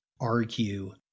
argue